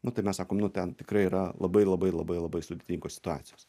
nu tai mes sakom nu ten tikrai yra labai labai labai labai sudėtingos situacijos